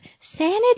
sanity